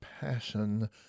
passion